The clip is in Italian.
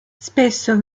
spesso